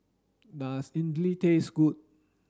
does Idili taste good